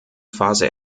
phase